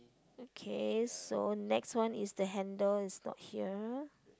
okay so next one is the handle is not here